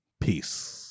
Peace